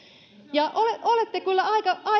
olette kyllä